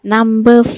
Number